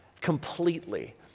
completely